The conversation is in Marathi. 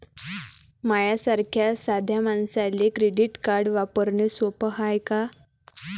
माह्या सारख्या साध्या मानसाले क्रेडिट कार्ड वापरने सोपं हाय का?